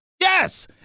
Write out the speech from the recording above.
Yes